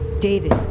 David